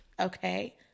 okay